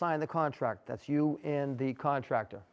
sign the contract that's you in the contract or